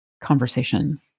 conversation